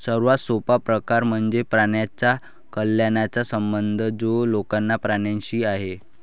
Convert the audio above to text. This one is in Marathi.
सर्वात सोपा प्रकार म्हणजे प्राण्यांच्या कल्याणाचा संबंध जो लोकांचा प्राण्यांशी आहे